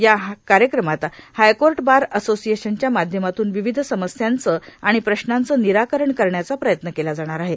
या कार्यक्रमात high court bar असोशिएशनच्या माध्यमातून विविध समस्यांचे आणि प्रश्नांचे निराकरण करण्याचा प्रयत्न केला जाणार आहे